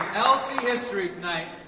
history tonight,